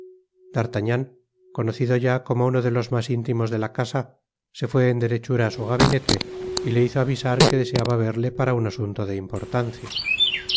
d'artagnan conocido ya como uno de los mas intimos de la casa se fué en derechura á su gabinete y le hizo avisar que deseaba verle para un asunto de importancia